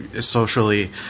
socially